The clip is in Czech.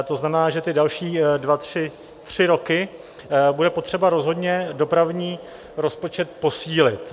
To znamená, že ty další dva, tři tři roky bude potřeba rozhodně dopravní rozpočet posílit.